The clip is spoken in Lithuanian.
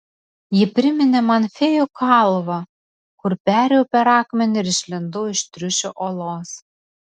ji priminė man fėjų kalvą kur perėjau per akmenį ir išlindau iš triušio olos